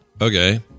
Okay